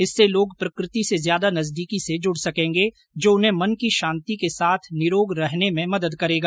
इससे लोग प्रकृति से ज्यादा नजदीकी से जुड़ सकेंगे जो उन्हें मन की शांति के साथ निरोग रहने में मदद करेगा